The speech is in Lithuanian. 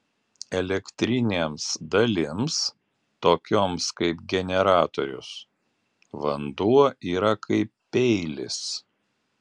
elektrinėms dalims tokioms kaip generatorius vanduo yra kaip peilis